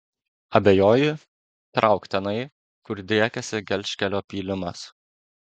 abejoji trauk tenai kur driekiasi gelžkelio pylimas